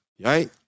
Right